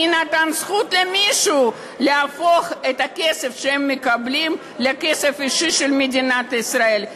מי נתן זכות למישהו להפוך את הכסף שהם מקבלים לכסף אישי של מדינת ישראל?